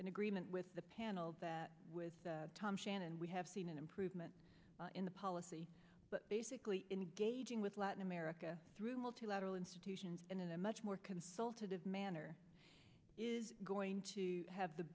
in agreement with the panel that with tom shannon we have seen an improvement in the policy but basically engaging with latin america through multilateral institutions in a much more consultative manner is going to have the